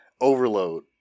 overload